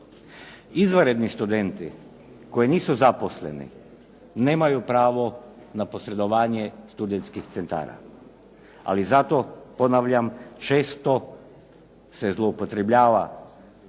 Izvanredni studenti koji nisu zaposleni nemaju pravo na posredovanje studentskih sredstava. Ali zato ponavljam često se zloupotrebljava institut